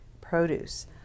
produce